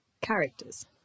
characters